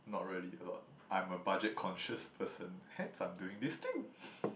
not really a lot I'm a budget conscious person hence I'm doing this thing